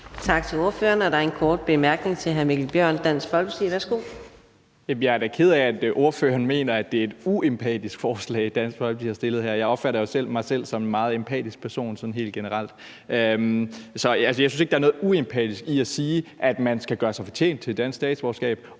Tak til ordføreren. Der er en kort bemærkning til hr. Mikkel Bjørn, Dansk Folkeparti. Værsgo. Kl. 18:09 Mikkel Bjørn (DF): Jeg er da ked af, at ordføreren mener, at det er et uempatisk forslag, Dansk Folkeparti her har fremsat. Jeg opfatter jo sådan helt generelt mig selv som en meget empatisk person. Så jeg synes ikke, der er noget uempatisk i at sige, at man skal gøre sig fortjent til et dansk statsborgerskab,